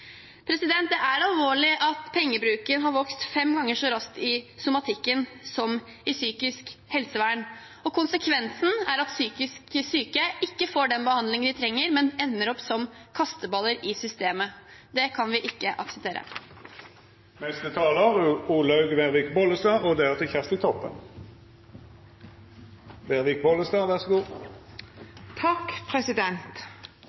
Det er alvorlig at pengebruken har vokst fem ganger så raskt innen somatikken som innen psykisk helsevern. Konsekvensen er at psykisk syke ikke får den behandlingen de trenger, men ender opp som kasteballer i systemet. Det kan vi ikke akseptere. I mitt første innlegg begynte jeg å snakke om sårbare barn, og